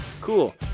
cool